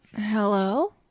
Hello